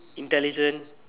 intelligent